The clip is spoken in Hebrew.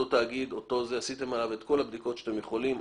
על אותו תאגיד את כל הבדיקות שאתם יכולים.